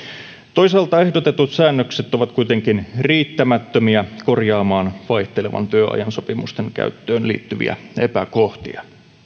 toisaalta ehdotetut säännökset ovat kuitenkin riittämättömiä korjaamaan vaihtelevan työajan sopimusten käyttöön liittyviä epäkohtia perussuomalaiset